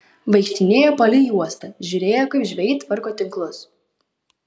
vaikštinėjo palei uostą žiūrėjo kaip žvejai tvarko tinklus